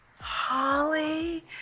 Holly